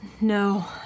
No